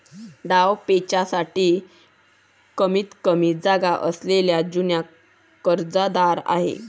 डावपेचांसाठी कमीतकमी जागा असलेला जुना कर्जदार आहे